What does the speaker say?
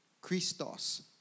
Christos